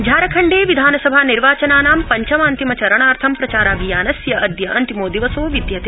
झारखण्डे विधानसभा निर्वाचनानां पञ्चमान्तिम चरणार्थ प्रचाराभियानस्य अदय अंतिमो दिसवो विदयते